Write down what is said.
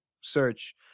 search